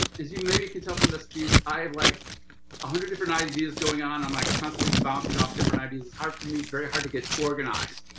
as you maybe can tell from the speech, i have like one hundred different ideas going on. i'm like constantly bouncing off different ideas. it's hard for me very hard to get organized.